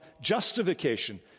justification